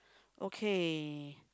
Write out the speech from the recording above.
okay